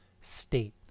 state